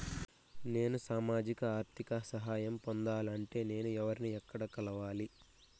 నేను సామాజిక ఆర్థిక సహాయం పొందాలి అంటే నేను ఎవర్ని ఎక్కడ కలవాలి?